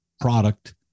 product